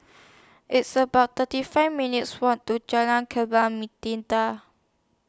It's about thirty five minutes' Walk to Jalan Kembang